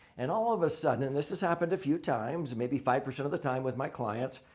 and all of a sudden. and this has happened a few times. maybe five percent of the time with my clients.